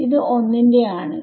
ഇത് 1 ന്റെ ആണ്